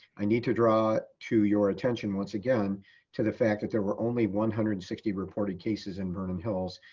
i need to draw to your attention once again to the fact that there were only one hundred and sixty reported cases in vernon hills,